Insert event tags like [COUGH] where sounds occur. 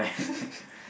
[LAUGHS]